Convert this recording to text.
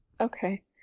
okay